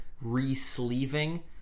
re-sleeving